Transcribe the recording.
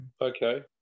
okay